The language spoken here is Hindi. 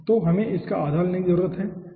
तो हमें इसका आधा लेने की जरूरत है ठीक है